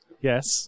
Yes